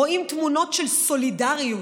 רואים תמונות של סולידריות,